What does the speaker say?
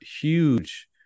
huge